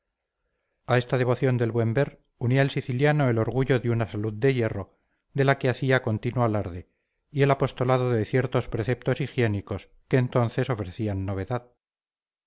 a esta devoción del buen ver unía el siciliano el orgullo de una salud de hierro de la que hacía continuo alarde y el apostolado de ciertos preceptos higiénicos que entonces ofrecían novedad